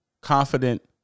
Confident